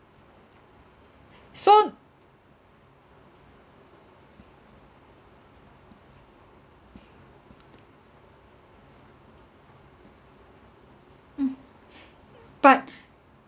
so mm but